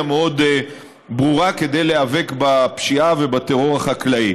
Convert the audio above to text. מאוד ברורה כדי להיאבק בפשיעה ובטרור החקלאי.